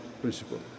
principle